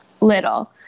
little